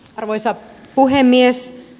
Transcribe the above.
arvoisa puhemies